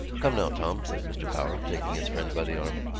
come now, tom, said mr. power, taking his friend by the arm.